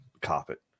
carpet